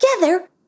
Together